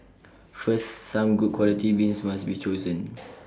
first some good quality beans must be chosen